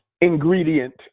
ingredient